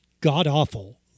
god-awful